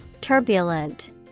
Turbulent